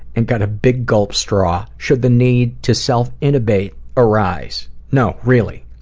and got a big gulp straw, should the need to self-innovate a rise. no really,